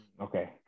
okay